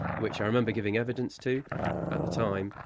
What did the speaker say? which i remember giving evidence to at the time,